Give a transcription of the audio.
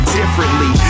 differently